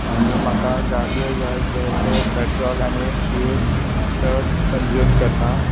आनी म्हाका गाडयो जाय ते चड पेट्रोल आनी फ्यूल चड कंज्यूम करना